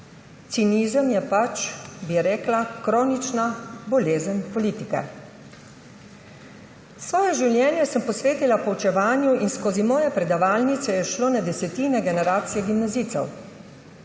Cinizem je pač, bi rekla, kronična bolezen politike. Svoje življenje sem posvetila poučevanju in skozi moje predavalnice je šlo na desetine generacij gimnazijcev.